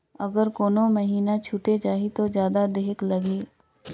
अगर कोनो महीना छुटे जाही तो जादा देहेक लगही?